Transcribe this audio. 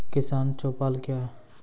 किसान चौपाल क्या हैं?